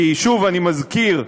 כי שוב, אני מזכיר,